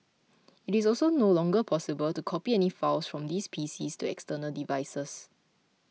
it is also no longer possible to copy any files from these PCs to external devices